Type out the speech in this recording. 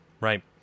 Right